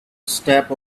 step